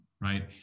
right